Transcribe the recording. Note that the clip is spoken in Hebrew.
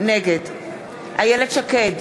נגד איילת שקד,